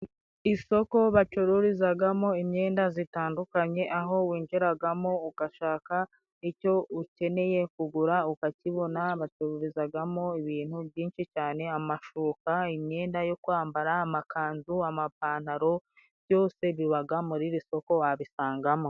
Isoko bacururizagamo imyenda zitandukanye, aho winjiragamo ugashaka icyo ukeneye kugura ukakibona, bacururizagamo ibintu byinshi cane, amashuka, imyenda yo kwambara, amakanzu, amapantaro, byose bibaga muri iri soko wabisangamo.